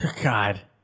God